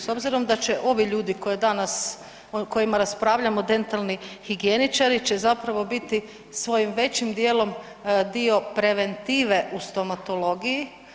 S obzirom da će ovi ljudi koje danas, o kojima raspravljamo, dentalni higijeničari će zapravo biti svojim većim dijelom dio preventive u stomatologiji.